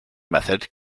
method